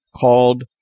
called